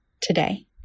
today